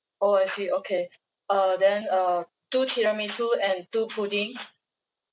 orh I see okay uh then uh two tiramisu and two puddings